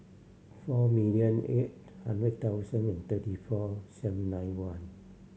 four million eight hundred thousand and thirty four seven nine one